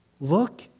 Look